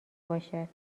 باشه